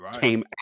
came